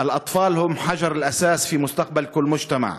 (אומר דברים בערבית: הילדים הם אבן היסוד בעתיד של כל חברה.